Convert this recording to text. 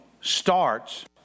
starts